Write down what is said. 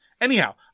Anyhow